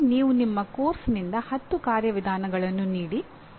ಅಂತೆಯೇ ನೀವು ನಿಮ್ಮ ಪಠ್ಯಕ್ರಮದಿಂದ 10 ಕಾರ್ಯವಿಧಾನಗಳನ್ನು ನೀಡಿ